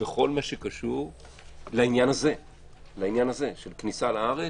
בכל הקשור לעניין הזה של כניסה לארץ,